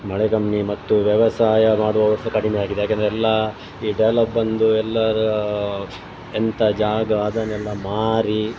ಮಳೆ ಕಮ್ಮಿ ಮತ್ತು ವ್ಯವಸಾಯ ಮಾಡುವವರು ಸಹ ಕಡಿಮೆಯಾಗಿದೆ ಯಾಕೆಂದರೆ ಎಲ್ಲ ಈ ಡೆವಲಪ್ ಬಂದು ಎಲ್ಲರ ಎಂಥ ಜಾಗ ಅದನ್ನೆಲ್ಲ ಮಾರಿ